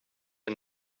and